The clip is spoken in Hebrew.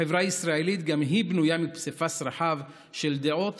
החברה הישראלית גם היא בנויה מפסיפס רחב של דעות